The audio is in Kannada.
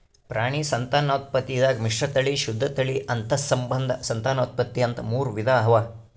ಪ್ರಾಣಿ ಸಂತಾನೋತ್ಪತ್ತಿದಾಗ್ ಮಿಶ್ರತಳಿ, ಶುದ್ಧ ತಳಿ, ಅಂತಸ್ಸಂಬಂಧ ಸಂತಾನೋತ್ಪತ್ತಿ ಅಂತಾ ಮೂರ್ ವಿಧಾ ಅವಾ